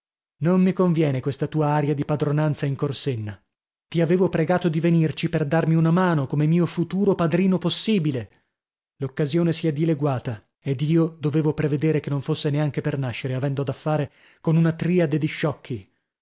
non mi conviene questa tua aria di padronanza in corsenna ti avevo pregato di venirci per darmi una mano come mio futuro padrino possibile l'occasione si è dileguata ed io dovevo prevedere che non fosse neanche per nascere avendo da fare con una triade di sciocchi